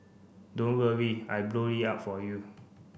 don't worry I blow it up for you